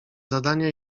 zadania